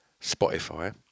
Spotify